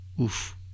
Oof